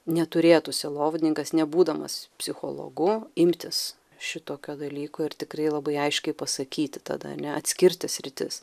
neturėtų sielovadininkas nebūdamas psichologu imtis šitokio dalyko ir tikrai labai aiškiai pasakyti tada ane atskirti sritis